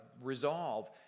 resolve